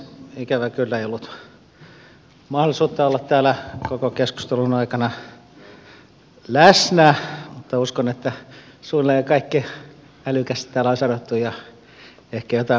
ikävä kyllä ei ollut mahdollisuutta olla täällä koko keskustelun ajan läsnä mutta uskon että suunnilleen kaikki älykäs täällä on sanottu ja ehkä jotain muutakin